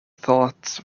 thought